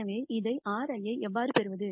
எனவே இதை Rஐ எவ்வாறு பெறுவது